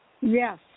Yes